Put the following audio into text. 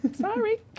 Sorry